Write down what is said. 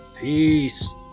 Peace